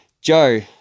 Joe